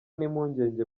n’impungenge